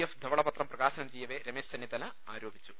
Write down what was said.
F ധവളപത്രം പ്രകാശനം ചെയ്യവെ രമേശ് ചെന്നിത്തല ആരോപിച്ചു